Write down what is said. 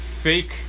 fake